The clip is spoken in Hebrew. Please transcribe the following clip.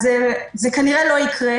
אז זה כנראה לא יקרה.